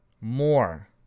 more